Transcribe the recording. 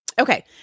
Okay